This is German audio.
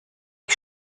ich